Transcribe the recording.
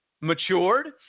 matured